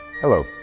Hello